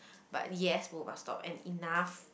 but yes both of us stopped and enough